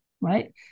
right